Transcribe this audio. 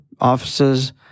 offices